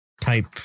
type